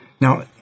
Now